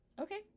okay